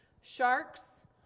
sharks